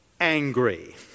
angry